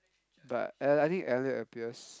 but uh I think Elliot appears